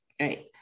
right